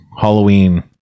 Halloween